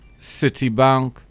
Citibank